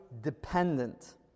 dependent